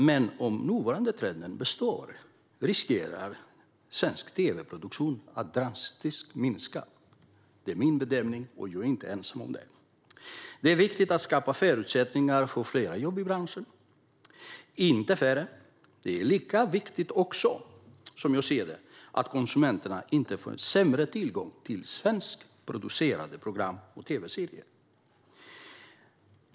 Men om den nuvarande trenden består finns det risk att svensk tv-produktion drastiskt minskar. Det är min bedömning, och jag är inte ensam om den. Det är viktigt att skapa förutsättningar för fler jobb i branschen, inte färre. Lika viktigt, som jag ser det, är det att konsumenterna inte får sämre tillgång till svenskproducerade program och tv-serier.